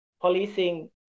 Policing